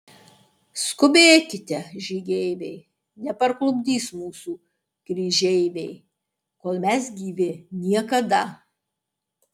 skubėkite žygeiviai neparklupdys mūsų kryžeiviai kol mes gyvi niekada